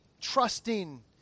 trusting